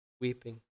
weeping